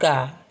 God